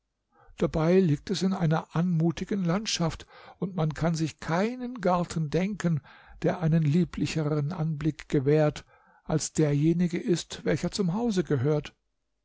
dabei liegt es in einer anmutigen landschaft und man kann sich keinen garten denken der einen lieblicheren anblick gewährt als derjenige ist welcher zum hause gehört